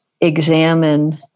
examine